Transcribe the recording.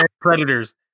Predators